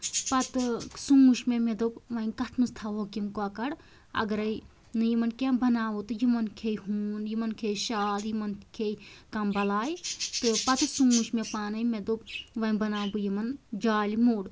پَتہٕ سوٗنٛچ مےٚ مےٚ دوٚپ وۄنۍ کَتھ منٛز تھاوہوکھ یِم کۄکر اَگرٔے نہٕ یِمَن کیٚنٛہہ بَناوو تہٕ یِمَن کھیٚیہِ ہوٗن یِمَن کھیہِ شال یِمن کھیٚیہِ کانٛہہ بَلاے تہٕ پَتہٕ سوٗنٛچ مےٚ پانٔے مےٚ دوٚپ وۄنۍ بَناو بہٕ یِمَن جالہِ موٚر